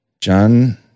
John